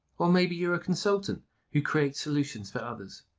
or maybe you're a consultant who creates solutions for others.